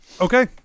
Okay